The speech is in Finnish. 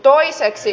toiseksi